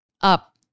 up